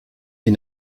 des